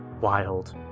Wild